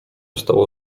stało